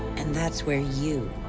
and that's where you,